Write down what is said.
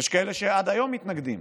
ויש כאלה שעד היום מתנגדים,